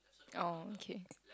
oh okay